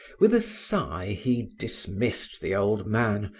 with a sigh, he dismissed the old man,